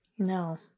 No